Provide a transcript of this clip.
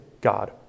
God